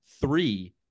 three